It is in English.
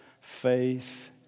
faith